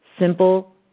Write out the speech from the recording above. Simple